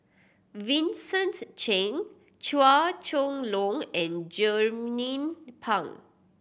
Vincent Cheng Chua Chong Long and Jernnine Pang